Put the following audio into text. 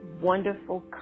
wonderful